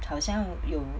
好像有